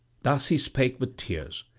thus he spake with tears,